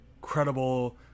credible